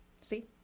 See